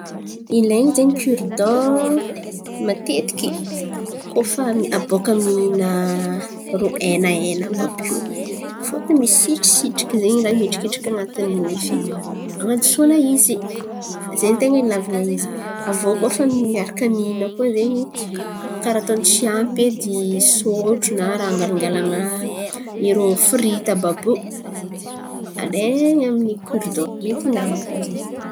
Ilain̈y zen̈y kiry dan matetiky koa fa boàka mihin̈a rô henahena àby àby io fôtony misitrisitriky zen̈y raha mihidrikidriky an̈atin'ny nify anadosoa izy. Zen̈y ten̈a ilàvan̈a izy. Aviô koa fa miaraka mihin̈a koa zen̈y karà ataony tsy ampy edy sôtro na raha hangalangalan̈a irô frity àby àby io alain̈a amy kiry dan. Mety ihinan̈ana koa zen̈y.